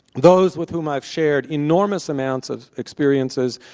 those with whom i've shared enormous amounts of experiences,